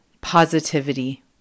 positivity